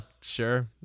sure